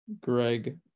Greg